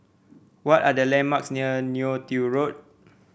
what are the landmarks near Neo Tiew Road